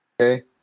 okay